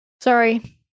Sorry